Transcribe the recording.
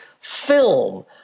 film